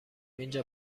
اینجا